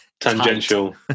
tangential